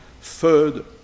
third